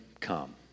come